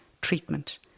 treatment